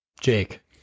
Jake